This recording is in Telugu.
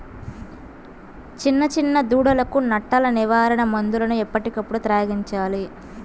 చిన్న చిన్న దూడలకు నట్టల నివారణ మందులను ఎప్పటికప్పుడు త్రాగించాలి